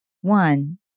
one